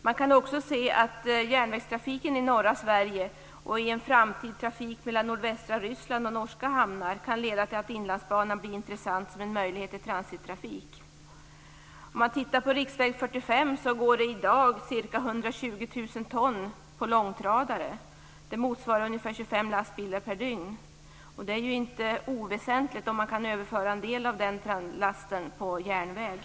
Man kan också se att järnvägstrafiken i norra Sverige och i en framtid trafiken mellan nordvästra Ryssland och norska hamnar kan leda till att Inlandsbanan blir intressant vid en möjlig transittrafik. På riksväg 45 transporteras i dag ca 120 000 ton på långtradare. Det motsvarar ungefär 25 lastbilar per dygn. Det är inte oväsentligt om man kan överföra en del av den lasten på järnväg.